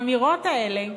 האמירות האלה,